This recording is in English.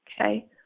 Okay